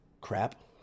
crap